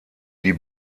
die